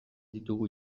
ditugu